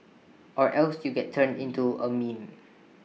or else you get turned into A meme